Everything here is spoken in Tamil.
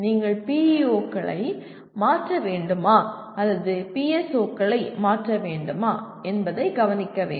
நீங்கள் PEO களை மாற்ற வேண்டுமா அல்லது PSO களை மாற்ற வேண்டுமா என்பதை கவனிக்க வேண்டும்